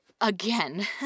again